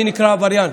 אני נקרא עבריין,